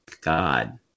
God